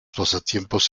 pasatiempos